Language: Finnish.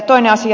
toinen asia